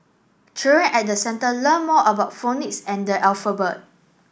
children at the centre learn more than phonics and the alphabet